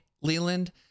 Leland